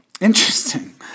Interesting